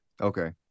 Okay